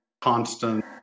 constant